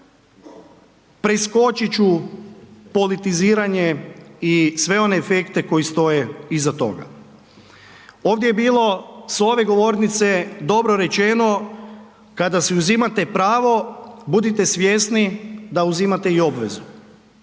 dakle preskočit ću politiziranje i sve one efekte koji stoje iza toga. Ovdje je bilo s ove govornice dobro rečeno, kad si uzimate pravo budite svjesni da uzimate i obvezu.